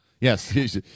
Yes